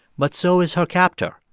but so is her captor,